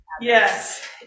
Yes